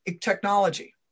technology